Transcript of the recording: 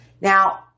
now